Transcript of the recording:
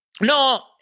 No